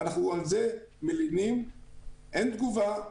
על זה אנחנו מלינים ואין תגובה.